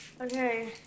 Okay